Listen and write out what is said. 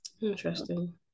Interesting